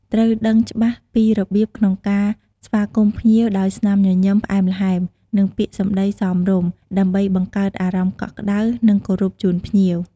ត្រូវដឹងច្បាស់ពីរបៀបក្នុងការស្វាគមន៍ភ្ញៀវដោយស្នាមញញឹមផ្អែមល្ហែម និងពាក្យសម្តីសមរម្យ ដើម្បីបង្កើតអារម្មណ៍កក់ក្ដៅ និងគោរពជូនភ្ញៀវ។